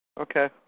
Okay